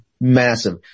massive